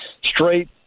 straight